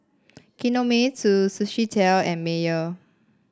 Kinohimitsu Sushi Tei and Mayer